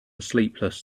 sleepless